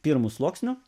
pirmu sluoksniu